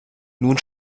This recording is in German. nun